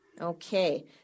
Okay